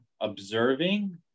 observing